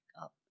up